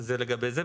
זה לגבי זה.